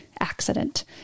Accident